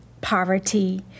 poverty